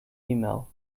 email